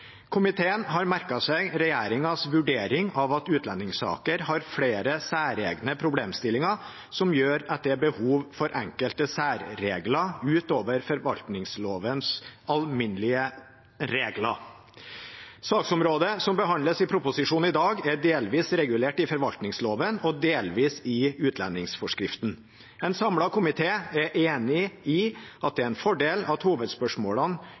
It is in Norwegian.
Komiteen har merket seg regjeringens vurdering av at utlendingssaker har flere særegne problemstillinger, som gjør at det er behov for enkelte særregler utover forvaltningslovens alminnelige regler. Saksområdet som behandles i proposisjonen, er i dag delvis regulert i forvaltningsloven og delvis i utlendingsforskriften. En samlet komité er enig i at det er en fordel at hovedspørsmålene